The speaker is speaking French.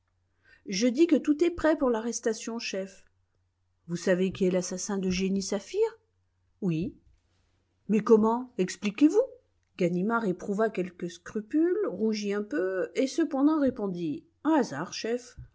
je dis que tout est prêt pour l'arrestation chef vous savez qui est l'assassin de jenny saphir oui mais comment expliquez-vous ganimard éprouva quelque scrupule rougit un peu et cependant répondit un hasard chef